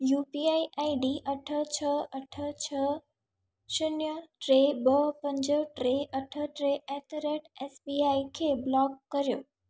U P I I D अठ छह अठ छह शून्य टे ॿ पंज टे अठ टे at the rate S B I खे ब्लॉक करियो